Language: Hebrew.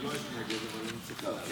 אני לא אתנגד, אבל אני צריך לעלות.